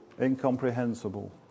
Incomprehensible